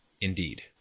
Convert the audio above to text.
indeed